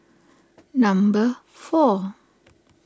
number four